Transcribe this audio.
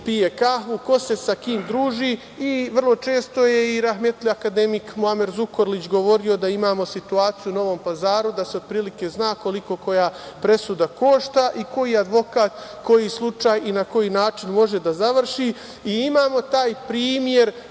kim pije kafu, ko se sa kim druži i vrlo često je i rahmetli akademik Muamer Zukorlić govorio da imamo situaciju u Novom Pazaru da se otprilike zna koliko koja presuda košta i koji advokat, koji slučaj i na koji način može da završi. Imamo taj primer